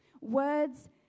Words